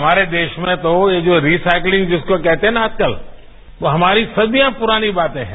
हमारे देश में तो ये जो रिसाइकिलिंग जिसको कहते हैं न आजकल वो हमारी सदियों पूरानी बातें है